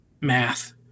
math